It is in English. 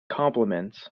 compliments